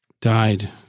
died